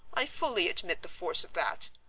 i fully admit the force of that.